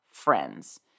Friends